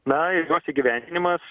na ir jos įgyvendinimas